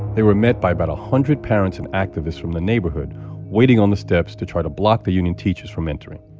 they were met by about a hundred parents and activists from the neighborhood waiting on the steps to try to block the union teachers from entering.